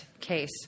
case